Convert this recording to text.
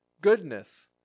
goodness